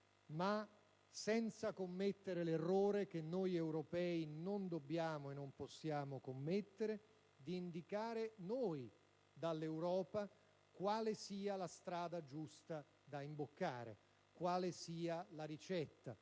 senza commettere però l'errore, che noi europei non dobbiamo e non possiamo permetterci, di indicare dall'Europa quale sia la strada giusta da imboccare, quale sia la ricetta